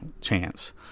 chance